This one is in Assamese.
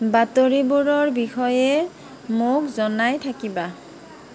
বাতৰিবোৰৰ বিষয়ে মোক জনাই থাকিবা